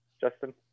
Justin